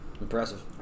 Impressive